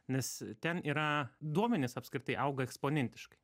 nes ten yra duomenys apskritai auga eksponentiškai